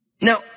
Now